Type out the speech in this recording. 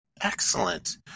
Excellent